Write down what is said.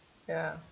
ya